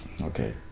Okay